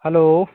hello